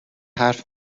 حرف